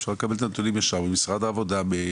אפשר לקבל את הנתונים ישר ממשרד העבודה.